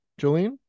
Jolene